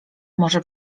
może